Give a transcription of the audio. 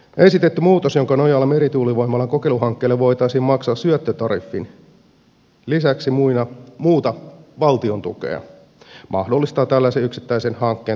esitetty muutos jonka nojalla merituulivoimalan kokeiluhankkeelle voitaisiin maksaa syöttötariffin lisäksi muuta valtiontukea mahdollistaa tällaisen yksittäisen hankkeen toteuttamisen